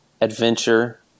Adventure